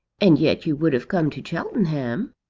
and yet you would have come to cheltenham.